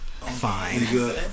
Fine